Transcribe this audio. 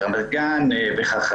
ברמת גן וכו'.